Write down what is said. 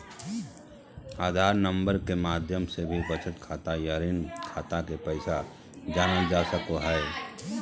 आधार number के माध्यम से भी बचत खाता या ऋण खाता के पैसा जानल जा सको हय